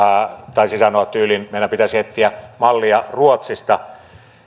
taisi sanoa tyyliin meidän pitäisi etsiä mallia ruotsista